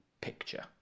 picture